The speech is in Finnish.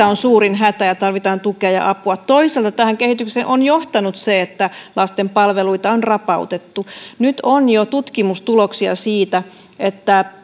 on suurin ja tarvitaan tukea ja ja apua toisaalta tähän kehitykseen on johtanut se että lasten palveluita on rapautettu nyt on jo tutkimustuloksia siitä että